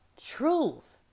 truth